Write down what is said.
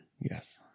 Yes